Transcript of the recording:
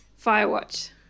Firewatch